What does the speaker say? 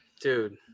Dude